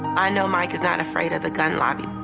i know mike is not afraid of the gun lobby.